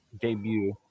debut